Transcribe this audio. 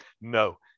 No